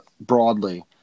broadly